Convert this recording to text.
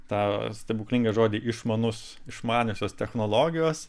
tą stebuklingą žodį išmanus išmaniosios technologijos